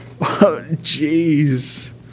Jeez